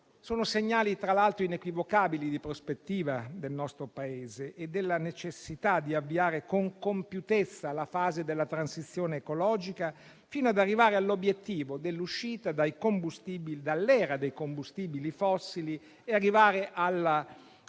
Sono segnali tra l'altro inequivocabili di prospettiva del nostro Paese e della necessità di avviare con compiutezza la fase della transizione ecologica, fino ad arrivare all'obiettivo dell'uscita dall'era dei combustibili fossili e alle